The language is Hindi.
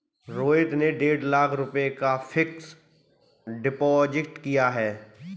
रोहित ने डेढ़ लाख रुपए का फ़िक्स्ड डिपॉज़िट किया